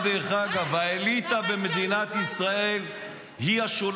דרך אגב, האליטה במדינת ישראל היא השולטת.